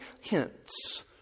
hints